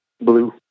blue